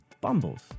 Bumbles